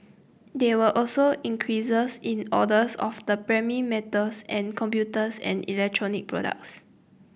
there were also increases in orders of the primary metals and computers and electronic products